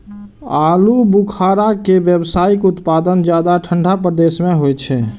आलू बुखारा के व्यावसायिक उत्पादन ज्यादा ठंढा प्रदेश मे होइ छै